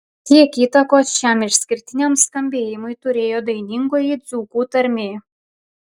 kiek įtakos šiam išskirtiniam skambėjimui turėjo dainingoji dzūkų tarmė